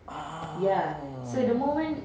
ah